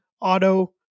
auto